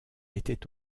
était